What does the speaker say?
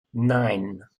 nine